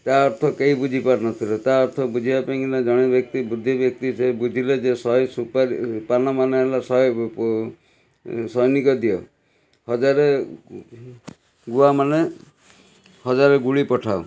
ତା' ଅର୍ଥ କେହି ବୁଝି ପାରିନଥିଲେ ତା' ଅର୍ଥ ବୁଝେଇବା ପାଇଁକିନା ଜଣେ ବ୍ୟକ୍ତି ବୁଦ୍ଧି ବ୍ୟକ୍ତି ବୁଝିଲେ ଯେ ଶହେ ସୁପାରୀ ପାନ ମାନେ ହେଲା ଶହେ ସୈନିକ ଦିଅ ହଜାରେ ଗୁଆମାନେ ହଜାରେ ଗୁଳି ପଠାଅ